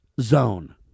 zone